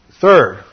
Third